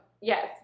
Yes